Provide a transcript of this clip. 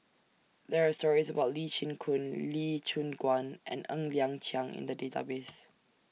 There Are stories about Lee Chin Koon Lee Choon Guan and Ng Liang Chiang in The Database